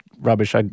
rubbish